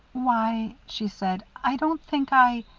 why she said i don't think i